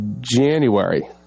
January